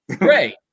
Right